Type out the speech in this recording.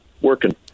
working